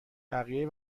بقیه